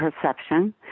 perception